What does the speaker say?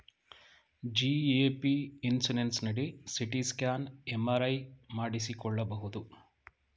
GAP insurance ನಡಿ CT scan, MRI ಮಾಡಿಸಿಕೊಳ್ಳಬಹುದು